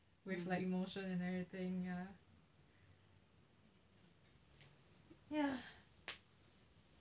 like emotion and everything ya ya